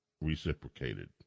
reciprocated